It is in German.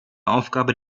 aufgabe